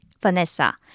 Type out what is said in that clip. Vanessa